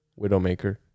Widowmaker